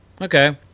Okay